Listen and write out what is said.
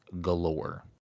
galore